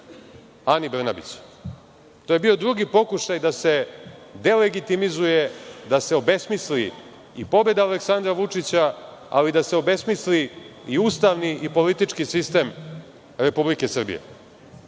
Ani Brnabić? To je bio drugi pokušaj da se deligitimizuje, da se obesmisli i pobeda Aleksandra Vučića, ali i da se obesmisli i ustavni i politički sistem Republike Srbije. Želim